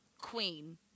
queen